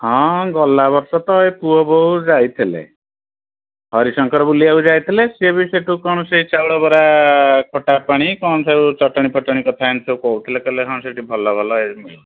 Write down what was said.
ହଁ ଗଲା ବର୍ଷ ତ ଏ ପୁଅ ବୋହୂ ଯାଇଥିଲେ ହରିଶଙ୍କର ବୁଲିବାକୁ ଯାଇଥିଲେ ସିଏ ବି ସେଇଠୁ କ'ଣ ସେ ଚାଉଳ ବରା ଖଟା ପାଣି କ'ଣ ସବୁ ଚଟଣୀ ଫଟଣୀ କଥା ଏମିତି ସବୁ କହୁଥିଲେ କହିଲେ ହଁ ସେଇଠି ଭଲ ଭଲ ଏ ମି